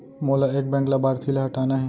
मोला एक बैंक लाभार्थी ल हटाना हे?